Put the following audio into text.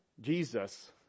Jesus